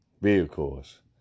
vehicles